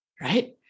Right